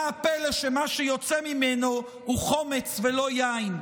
מה הפלא שמה שיוצא ממנו הוא חומץ ולא יין,